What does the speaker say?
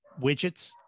widgets